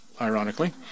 ironically